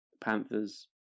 Panthers